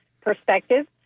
perspective